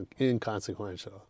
inconsequential